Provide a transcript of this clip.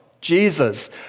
Jesus